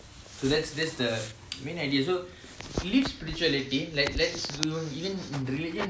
so that's that's the main idea so I believe spirituality let's let's you even indian wise